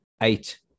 eight